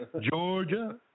Georgia